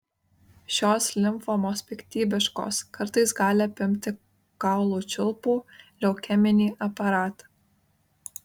šios limfomos piktybiškos kartais gali apimti kaulų čiulpų leukeminį aparatą